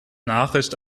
nachricht